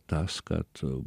tas kad